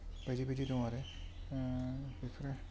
बायदि बायदि दं आरो बेफोरो